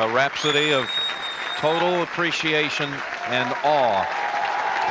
ah rhapsody of total appreciation and awe